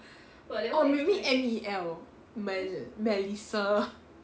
or maybe M E L M E L melissa